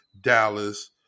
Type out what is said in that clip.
Dallas